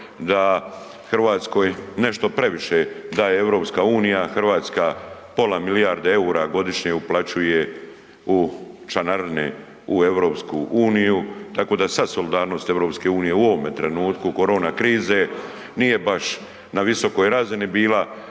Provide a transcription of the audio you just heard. da Hrvatskoj nešto previše daje EU, Hrvatska pola milijarde eura godišnje uplaćuje u članarine u EU-u, takva da sva solidarnost EU-a u ovome trenutku korone krize nije baš na visokoj razini bila